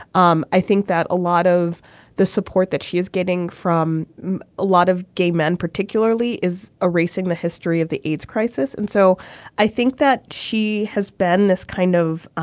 um i think that a lot of the support that she is getting from a lot of gay men particularly is a racing the history of the aids crisis. and so i think that she has been this kind of